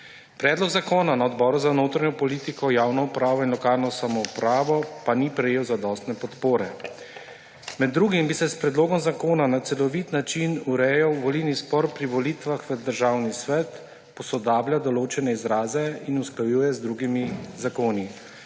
predlog zakona na Odboru za notranjo politiko, javno upravo in lokalno samoupravo pa ni prejel zadostne podpore. Med drugim bi se s predlogom zakona na celovit način urejal volilni spor pri volitvah v Državni svet, posodablja določene izraze in usklajuje z drugimi zakoni.